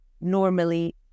normally